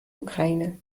ukraine